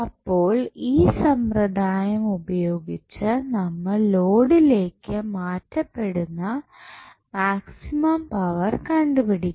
അപ്പോൾ ഈ സമ്പ്രദായം ഉപയോഗിച്ച് നമ്മൾ ലോഡിലേക്ക് മാറ്റപ്പെടുന്ന മാക്സിമം പവർ കണ്ടുപിടിക്കും